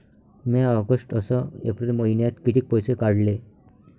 म्या ऑगस्ट अस एप्रिल मइन्यात कितीक पैसे काढले?